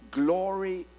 glory